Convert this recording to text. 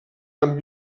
amb